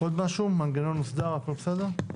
עוד משהו, מנגנון מוסדר, הכל בסדר?